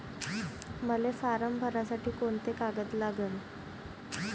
मले फारम भरासाठी कोंते कागद लागन?